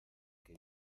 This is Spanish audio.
que